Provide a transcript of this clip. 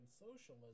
socialism